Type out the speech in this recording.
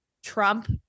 Trump